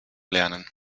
lernen